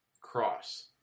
cross